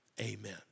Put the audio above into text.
Amen